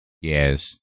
Yes